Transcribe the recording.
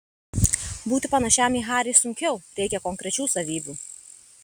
būti panašiam į harį sunkiau reikia konkrečių savybių